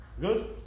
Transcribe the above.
Good